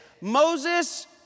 Moses